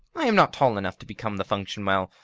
i am not tall enough to become the function well,